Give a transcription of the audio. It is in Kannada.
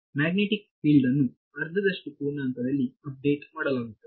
ಮ್ಯಾಗ್ನೆಟಿಕ್ ಫೀಲ್ಡ್ ನ್ನು ಅರ್ಧದಷ್ಟು ಪೂರ್ಣಾಂಕದಲ್ಲಿ ಅಪ್ಡೇಟ್ ಮಾಡಲಾಗುತ್ತದೆ